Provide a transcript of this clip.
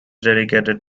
dedicated